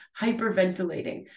hyperventilating